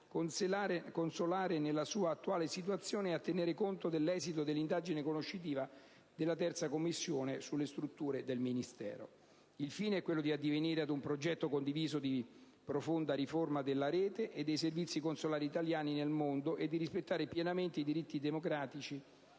consolare nella sua attuale situazione, nonché a tenere conto dell'esito dell'indagine conoscitiva della 3a Commissione permanente del Senato sulle strutture del Ministero, al fine di costruire un progetto condiviso di profonda riforma della rete e dei servizi consolari italiani nel mondo e di rispettare pienamente i diritti democratici